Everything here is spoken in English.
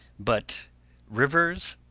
but rivers,